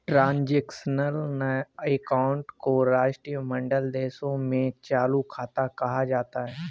transitional account को राष्ट्रमंडल देशों में चालू खाता कहा जाता है